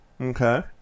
okay